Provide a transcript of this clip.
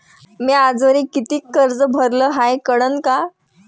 म्या आजवरी कितीक कर्ज भरलं हाय कळन का?